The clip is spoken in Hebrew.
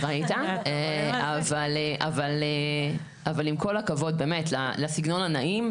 אבל עם כל הכבוד באמת לסגנון הנעים,